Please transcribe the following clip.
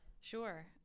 Sure